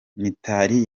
mitali